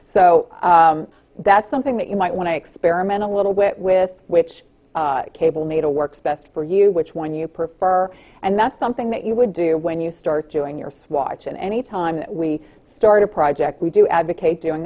so that's something that you might want to experiment a little bit with which cable made a works best for you which one you prefer and that's something that you would do when you start doing your swatch and any time we start a project we do advocate doing